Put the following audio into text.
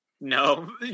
No